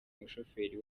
umushoferi